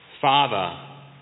Father